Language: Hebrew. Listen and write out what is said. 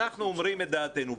אנחנו אומרים את דעתנו,